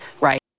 right